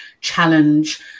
challenge